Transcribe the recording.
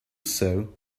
sow